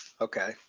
Okay